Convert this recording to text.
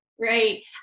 Right